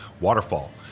Waterfall